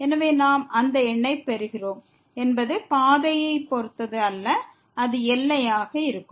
எனவே நாம் எந்த எண்ணைப் பெறுகிறோம் என்பது பாதையைப் பொறுத்தது அல்ல அது எல்லையாக இருக்கும்